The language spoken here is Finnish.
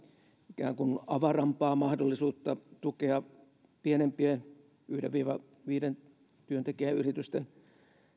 ikään kuin avarampaa mahdollisuutta tukea pienempien yhden viiva viiden työntekijän yritysten